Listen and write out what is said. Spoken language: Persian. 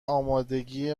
آمادگی